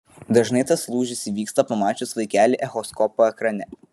dažnai tas lūžis įvyksta pamačius vaikelį echoskopo ekrane